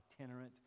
itinerant